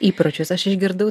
įpročius aš išgirdau